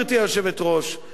לזה שנתאחד